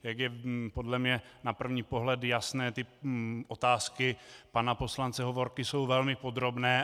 Jak je podle mne na první pohled jasné, otázky pana poslance Hovorky jsou velmi podrobné.